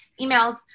emails